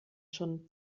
schon